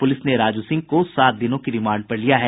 police ने राजू सिंह को सात दिनों की रिमांड पर लिया है